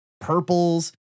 purples